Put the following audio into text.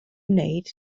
wneud